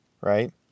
right